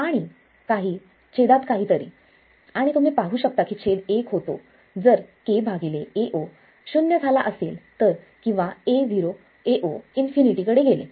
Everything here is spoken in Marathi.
आणि आणि छेदात काहीतरी आणि तुम्ही पाहू शकता की छेद एक होतो जर k Ao शून्य झाला तर किंवा Ao इन्फिनिटी कडे गेले